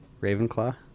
ravenclaw